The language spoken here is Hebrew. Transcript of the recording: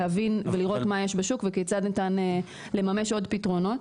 להבין ולראות מה יש בשוק וכיצד ניתן לממש עוד פתרונות.